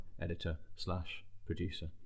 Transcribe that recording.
editor-slash-producer